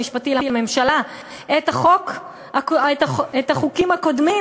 המשפטי לממשלה את החוקים הקודמים,